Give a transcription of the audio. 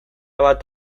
bat